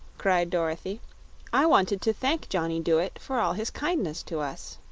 cried dorothy i wanted to thank johnny dooit for all his kindness to us.